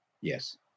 Yes